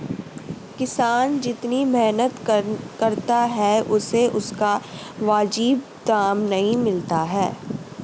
किसान जितनी मेहनत करता है उसे उसका वाजिब दाम नहीं मिलता है